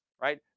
right